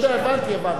אני יודע, הבנתי, הבנתי.